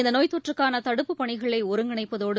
இந்தநோய் தொற்றுக்கானதடுப்புப் பணிகளைஒருங்கிணைப்பதோடு